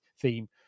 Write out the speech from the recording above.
theme